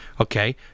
okay